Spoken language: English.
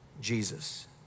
Jesus